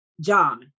John